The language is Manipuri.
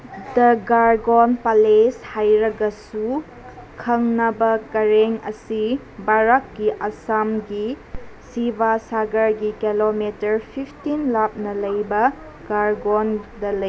ꯗ ꯒꯥꯔꯒꯣꯟ ꯄꯦꯂꯦꯁ ꯍꯥꯏꯔꯒꯁꯨ ꯈꯪꯅꯕ ꯀꯔꯦꯡ ꯑꯁꯤ ꯚꯥꯔꯠꯀꯤ ꯑꯁꯥꯝꯒꯤ ꯁꯤꯕꯥꯁꯒꯔꯒꯤ ꯀꯤꯂꯣꯃꯤꯇꯔ ꯐꯤꯐꯇꯤꯟ ꯂꯥꯞꯅ ꯂꯩꯕ ꯒꯥꯔꯒꯣꯟꯗ ꯂꯩ